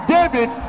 David